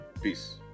peace